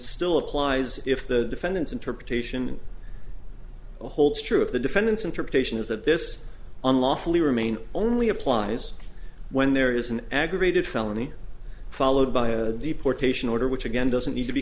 still applies if the defendant's interpretation holds true of the defendants interpretation is that this unlawfully remain only applies when there is an aggravated felony followed by a deportation order which again doesn't need to be